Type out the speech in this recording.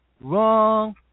wrong